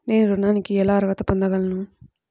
నేను ఋణానికి ఎలా అర్హత పొందగలను?